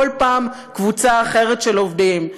כל פעם קבוצה אחרת של עובדים,